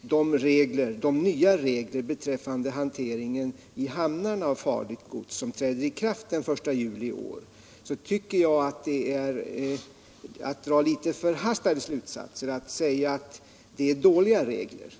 de nya regler för hantering i hamnarna av farligt gods, som träder i kraft den 1 juli i år, tycker jag att det är att dra litet förhastade slutsatser när man säger att det är dåliga regler.